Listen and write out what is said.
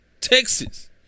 Texas